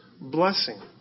blessing